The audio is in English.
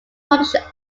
published